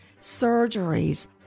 surgeries